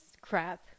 crap